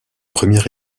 première